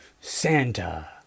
Santa